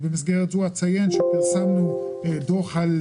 פרסמנו דוח על